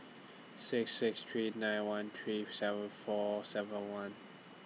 six six three nine one three seven four seven one